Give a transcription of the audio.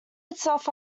itself